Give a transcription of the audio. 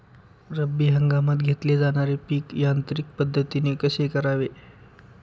रब्बी हंगामात घेतले जाणारे पीक यांत्रिक पद्धतीने कसे करावे?